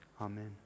Amen